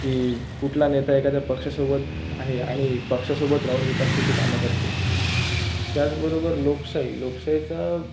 की कुठला नेता एखाद्या पक्षासोबत आहे आणि पक्षासोबत राहून विकासाचे कामं करत आहे त्याचबरोबर लोकशाही लोकशाहीचा